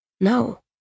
No